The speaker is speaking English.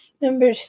number